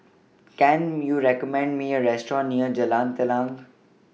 Can YOU recommend Me A Restaurant near Jalan Telang